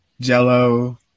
jello